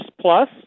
plus